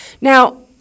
Now